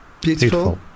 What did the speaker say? Beautiful